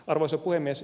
arvoisa puhemies